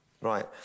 Right